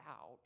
out